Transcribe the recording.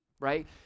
right